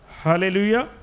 hallelujah